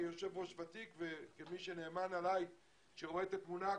כיושב-ראש ותיק שנאמן עלי ורואה את התמונה הכוללת,